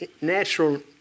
natural